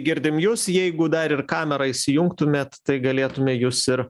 girdim jus jeigu dar ir kamerą įsijungtumėt tai galėtume jus ir